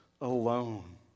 alone